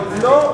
לא,